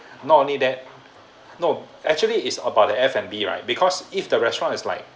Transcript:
not only that no actually it's about the F&B right because if the restaurant is like